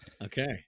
Okay